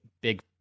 big